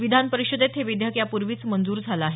विधान परिषदेत हे विधेयक यापूर्वीच मंजूर झाल आहे